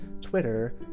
Twitter